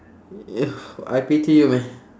you I pity you man